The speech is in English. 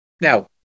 now